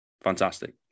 Fantastic